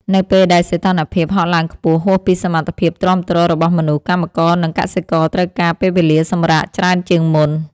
នៅពេលដែលសីតុណ្ហភាពហក់ឡើងខ្ពស់ហួសពីសមត្ថភាពទ្រាំទ្ររបស់មនុស្ស កម្មករ និងកសិករត្រូវការពេលវេលាសម្រាកច្រើនជាងមុន។